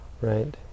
right